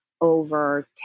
over